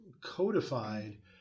codified